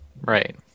Right